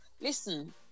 Listen